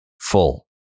full